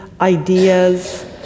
ideas